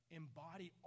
embody